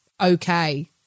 okay